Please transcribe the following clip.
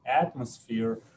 atmosphere